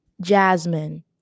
Jasmine